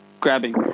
grabbing